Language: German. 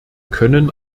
können